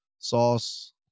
sauce